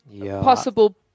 possible